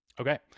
Okay